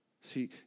See